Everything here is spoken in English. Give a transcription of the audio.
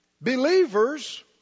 Believers